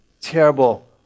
terrible